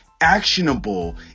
actionable